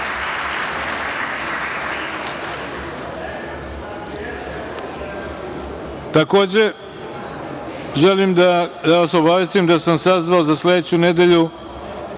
želim da vas obavestim da sam sazvao za sledeću nedelju